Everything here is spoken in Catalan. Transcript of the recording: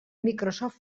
microsoft